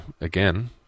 again